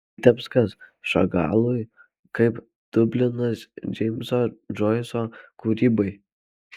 vitebskas šagalui kaip dublinas džeimso džoiso kūrybai